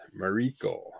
Mariko